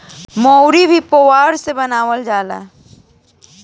मोढ़ा भी पुअरा से बनावल जाला